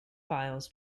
files